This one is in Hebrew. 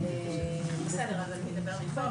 מידתית,